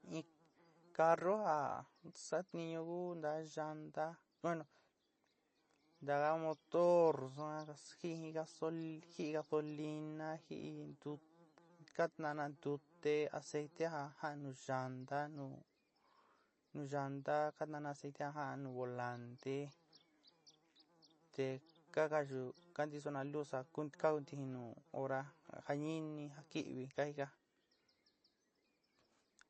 Carrú ja satiñú kú naá llanta bueno taka motor suan sjijin jií gasolina, ji ntut ka kantna ntute aceite ja ja'an nu llanta nu llanta ka tatna aceite ja ja'an nu volanté te ka ka yu ka ntisona kuz kajuntiji nu horá ja ñíni ja kívi ya.